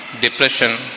depression